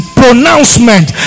pronouncement